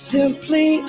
Simply